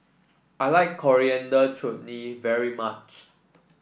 I like Coriander Chutney very much